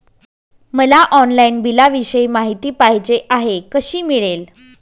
मला ऑनलाईन बिलाविषयी माहिती पाहिजे आहे, कशी मिळेल?